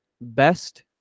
best